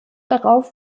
darauf